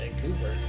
Vancouver